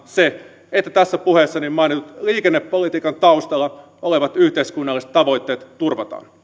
se että tässä puheessani mainitut liikennepolitiikan taustalla olevat yhteiskunnalliset tavoitteet turvataan